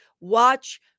watch